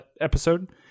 episode